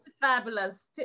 Fabulous